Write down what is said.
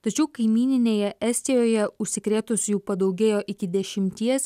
tačiau kaimyninėje estijoje užsikrėtusiųjų padaugėjo iki dešimties